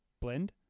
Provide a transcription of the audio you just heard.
blend